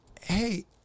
hey